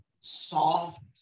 soft